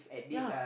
ya